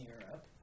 Europe